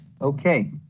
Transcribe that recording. Okay